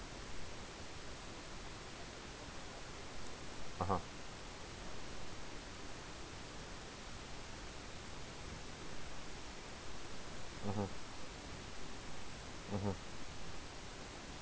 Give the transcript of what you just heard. (uh huh) mmhmm mmhmm